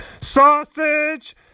Sausage